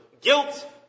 Guilt